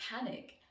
panic